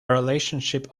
relationship